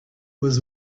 was